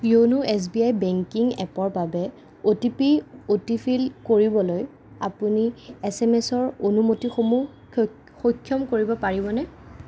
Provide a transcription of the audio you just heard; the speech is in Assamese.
YONO SBI banking এপৰ বাবে অ'টিপি অটোফিল কৰিবলৈ আপুনি এছ এম এছৰ অনুমতিসমূহ সক্ষ সক্ষম কৰিব পাৰিবনে